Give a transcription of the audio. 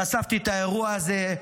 חשפתי את האירוע הזה,